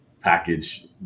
package